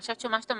אתה מציג,